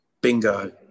Bingo